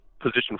position